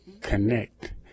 connect